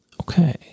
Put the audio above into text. Okay